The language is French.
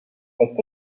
est